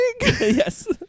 Yes